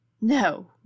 No